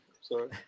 sorry